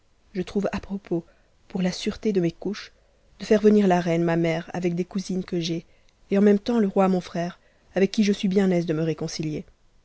je trouve à propos pour la sûreté de mes couches de faire emr la reine ma mère avec des cousines que j'ai et en même temps c roi mon frère avec qui je suis bien aise de me réconcilier